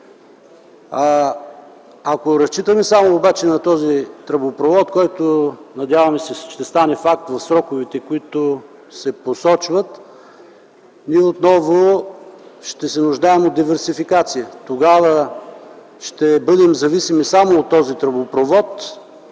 Ако разчитаме само на този тръбопровод, който се надявам да стане факт в посочените срокове, отново ще се нуждаем от диверсификация. Тогава ще бъдем зависими само от този тръбопровод,